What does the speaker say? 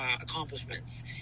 accomplishments